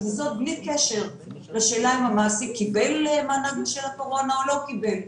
וזאת בלי קשר לשאלה האם המעסיק קיבל מענק בשל הקורונה או לא קיבל.